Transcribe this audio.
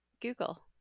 Google